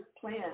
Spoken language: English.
plan